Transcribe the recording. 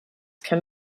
can